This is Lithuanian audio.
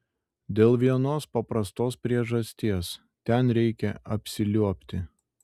dėl vienos paprastos priežasties ten reikia apsiliuobti